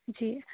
جی